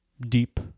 deep